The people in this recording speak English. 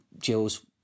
Jill's